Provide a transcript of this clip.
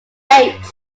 eight